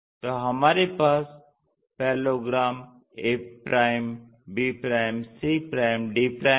तो हमारे पास parallelogram a b c d है